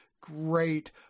great